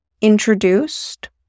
introduced